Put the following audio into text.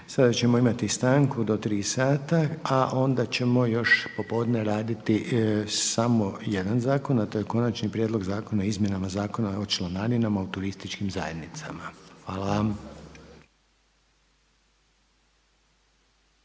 Sada ćemo imati stanku do tri sata, a onda ćemo još popodne raditi samo jedan zakon, a to je Konačni prijedlog Zakona o izmjenama Zakona o članarinama u turističkim zajednicama. Hvala.